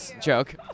joke